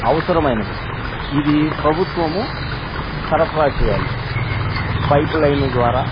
అవసరమైనది ఇది ప్రభుత్వము సరఫరా చేయాలి పైప్ లైన్ ద్వారా